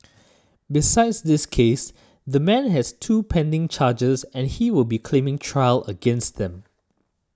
besides this case the man has two pending charges and he will be claiming trial against them